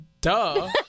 duh